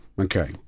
Okay